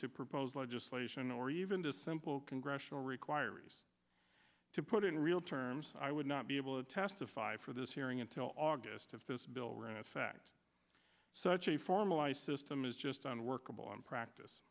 to proposed legislation or even this simple congressional requires to put it in real terms i would not be able to testify for this hearing until august of this bill were in effect such a formalized system is just on workable in practice